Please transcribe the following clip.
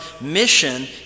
mission